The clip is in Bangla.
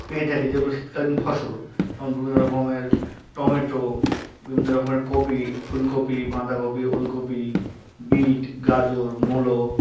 পেয়ে থাকি যেগুলো শীতকালীন ফসল যেমন বিভিন্ন রকমের টমেটো বিভিন্ন রকমের কপি ফুলকপি বাঁধাকপি ওলকপি বিট গাজর মুলো